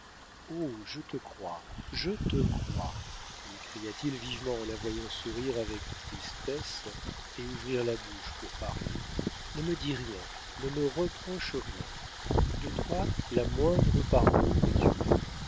je te crois je te crois lui cria-t-il vivement en la voyant sourire avec tristesse et ouvrir la bouche pour parler ne me dis rien ne me reproche rien de toi la moindre parole me tuerait